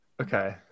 Okay